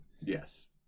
Yes